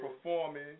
performing